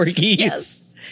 Yes